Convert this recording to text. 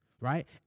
right